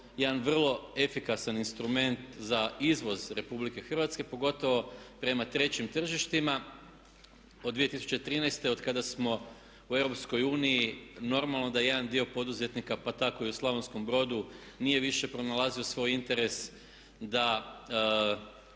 jedan vrlo efikasan instrument za izvoz RH pogotovo prema trećim tržištima od 2013. oda kada smo u EU normalno da jedan dio poduzetnika pa tako i u Slavonskom Brodu nije više pronalazio svoj interes da